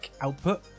output